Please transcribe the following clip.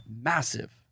massive